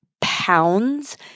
pounds